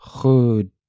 good